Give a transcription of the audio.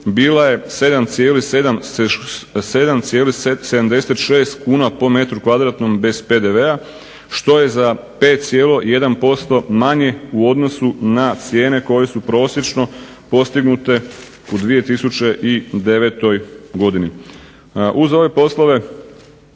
bila je 7,76 kuna po metru kvadratnom bez PDV-a što je za 5,1% manje u odnosu na cijene koje su prosječno postignute u 2009. godini. Uz ove poslove